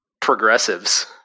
progressives